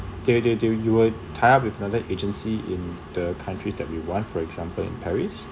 they they do you will tie up with another agency in the countries that we want for example in paris